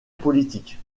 politique